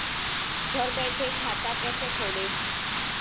घर बैठे खाता कैसे खोलें?